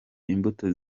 imbuto